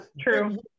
true